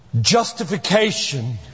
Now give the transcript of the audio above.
justification